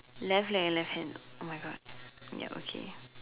left leg and left hand !oh-my-God! ya okay